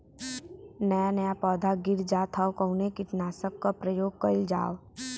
नया नया पौधा गिर जात हव कवने कीट नाशक क प्रयोग कइल जाव?